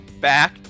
back